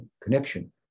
connection